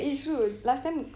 it's true last time